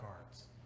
cards